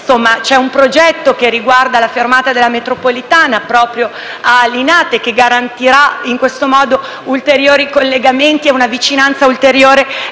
esiste un progetto che riguarda una fermata della metropolitana proprio a Linate, che garantirà un ulteriore collegamento e una vicinanza ulteriore